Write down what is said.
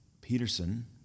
Peterson